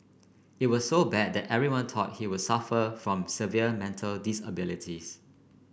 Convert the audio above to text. it was so bad that everyone thought he would suffer from severe mental disabilities